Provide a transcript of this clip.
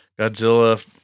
Godzilla